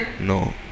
No